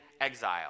exile